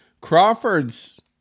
Crawford's